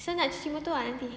so nak cuci motor tak nanti